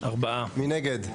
מי נגד?